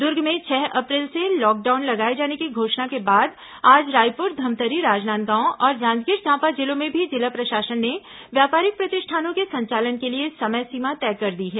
दुर्ग में छह अप्रैल से लॉकडाउन लगाए जाने की घोषणा के बाद आज रायपुर धमतरी राजनांदगांव और जांजगीर चांपा जिलों में भी जिला प्रशासन ने व्यापारिक प्रतिष्ठानों के संचालन के लिए समय सीमा तय कर दी है